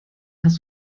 hast